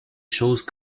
choses